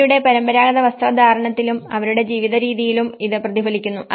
അവരുടെ പരമ്പരാഗത വസ്ത്രധാരണത്തിലും അവരുടെ ജീവിതരീതിയിലും ഇത് പ്രതിഫലിക്കുന്നു